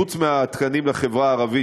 חוץ מהתקנים לחברה הערבית,